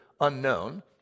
unknown